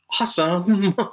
Awesome